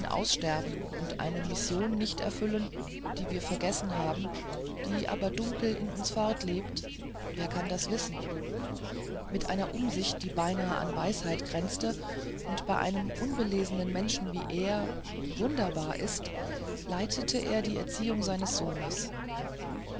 aussterben und eine mission nicht erfüllen die wir vergessen haben die aber dunkel in uns fortlebt wer kann das wissen mit einer umsicht die beinahe an weisheit grenzte und bei einem unbelesenen menschen wie er wunderbar ist leitete er die erziehung seines sohnes